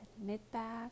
mid-back